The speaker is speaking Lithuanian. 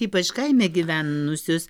ypač kaime gyvenusius